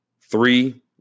three